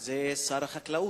תודה לך, אדוני השר.